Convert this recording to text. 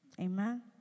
Amen